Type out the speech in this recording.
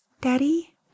Daddy